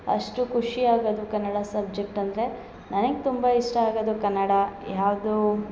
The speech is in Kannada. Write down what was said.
ಅಷ್ಟು ಖುಷಿ ಆಗದು ಕನ್ನಡ ಸಬ್ಜೆಕ್ಟ್ ಅಂದರೆ ನನಗೆ ತುಂಬ ಇಷ್ಟ ಆಗದು ಕನ್ನಡ ಯಾವುದೋ